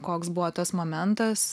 koks buvo tas momentas